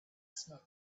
smoke